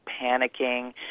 panicking